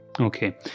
Okay